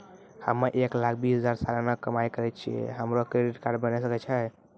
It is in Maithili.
हम्मय एक लाख बीस हजार सलाना कमाई करे छियै, हमरो क्रेडिट कार्ड बने सकय छै?